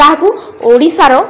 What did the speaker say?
ତାହାକୁ ଓଡ଼ିଶାର